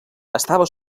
estava